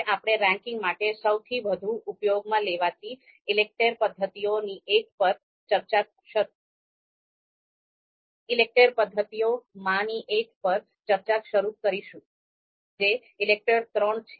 હવે આપણે રેન્કિંગ માટે સૌથી વધુ ઉપયોગમાં લેવાતી ઈલેકટેર પદ્ધતિઓમાંની એક પર ચર્ચા શરૂ કરીશું જે ઈલેકટેર III છે